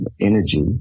energy